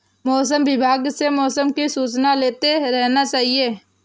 मौसम विभाग से मौसम की सूचना लेते रहना चाहिये?